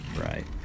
Right